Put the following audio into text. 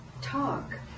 talk